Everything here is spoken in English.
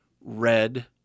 red